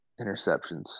interceptions